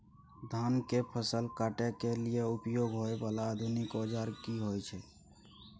धान के फसल काटय के लिए उपयोग होय वाला आधुनिक औजार की होय छै?